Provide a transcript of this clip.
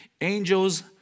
Angels